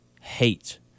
hate